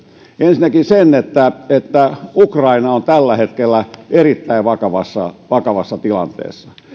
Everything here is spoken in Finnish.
ensinnäkin sen että että ukraina on tällä hetkellä erittäin vakavassa vakavassa tilanteessa